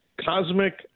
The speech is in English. Cosmic